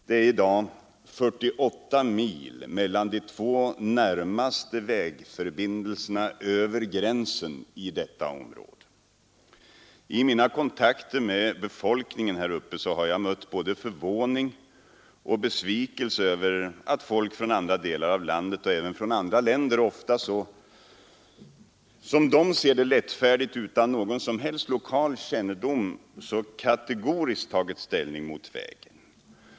Det är i dag 48 mil mellan de två närmaste vägförbindelserna över gränsen i detta område. I mina kontakter med befolkningen där uppe har jag mött både förvåning och besvikelse över att människor från andra delar av landet och även från andra länder ofta, såsom man ser det, lättfärdigt och utan någon som helst lokal kännedom kategoriskt tagit ställning mot vägen.